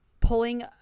pulling